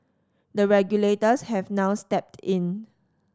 the regulators have now stepped in